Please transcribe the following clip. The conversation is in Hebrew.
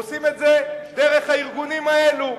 עושים את זה דרך הארגונים האלו.